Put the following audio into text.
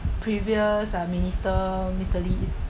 previous uh minister mister lee